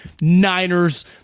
Niners